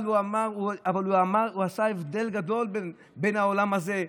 אבל הוא עשה הבדל גדול בין העולם הזה,